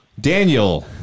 Daniel